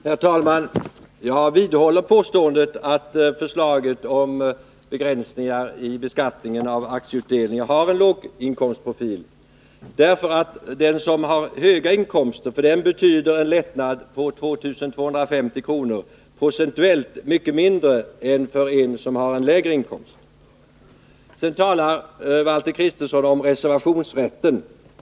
Herr talman! Jag vidhåller påståendet att förslaget om begränsningar i beskattningen av aktieutdelningar har en låginkomstprofil, ty för den som har höga inkomster betyder en lättnad på 2 250 kr. mindre än för den som har en lägre inkomst. Valter Kristenson talar om reservationsrätten.